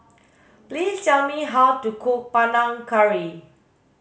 please tell me how to cook Panang Curry